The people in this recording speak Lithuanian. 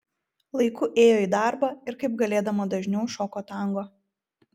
laiku ėjo į darbą ir kaip galėdama dažniau šoko tango